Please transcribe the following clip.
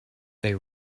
they